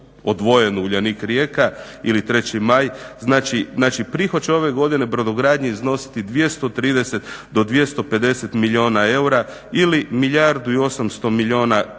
odvojeno, Uljanik-Rijeka ili 3. MAJ, znači prihod će ove godine brodogradnji iznositi 230 do 250 milijuna eura ili milijardu i 800 milijuna kuna.